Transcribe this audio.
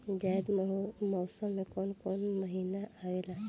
जायद मौसम में कौन कउन कउन महीना आवेला?